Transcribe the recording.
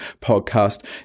podcast